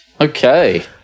Okay